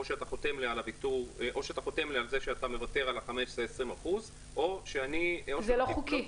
אתה חותם לי על זה שאתה מוותר על ה-15%-20% או ש -- זה לא חוקי,